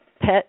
pet